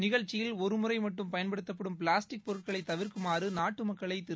நிகழ்ச்சியில் ஒருமறை மட்டும் பயன்படுத்தப்படும் பிளாஸ்டிக் பொருட்களை தவிர்க்குமாறு நாட்டு மக்களை திரு